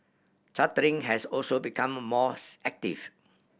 chartering has also become mores active